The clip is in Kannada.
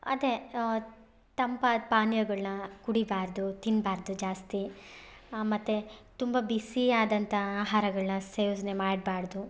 ಅದೇ ತಂಪಾದ ಪಾನೀಯಗಳನ್ನ ಕುಡೀಬಾರ್ದು ತಿನ್ನಬಾರ್ದು ಜಾಸ್ತಿ ಮತ್ತು ತುಂಬ ಬಿಸಿಯಾದಂಥ ಆಹಾರಗಳನ್ನ ಸೇವನೆ ಮಾಡ್ಬಾರ್ದು